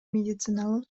медициналык